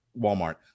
Walmart